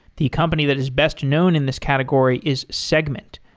the company that is best known in this category is segment,